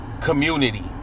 community